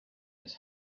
his